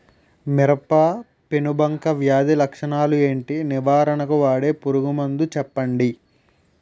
మిరప పెనుబంక వ్యాధి లక్షణాలు ఏంటి? నివారణకు వాడే పురుగు మందు చెప్పండీ?